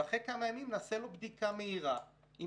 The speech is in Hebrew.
ואחרי כמה ימים נעשה לו בדיקה מהירה עם